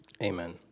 Amen